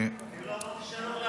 אני לא אמרתי שאני הולך לענות,